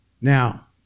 Now